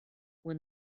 when